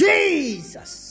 Jesus